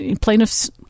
plaintiffs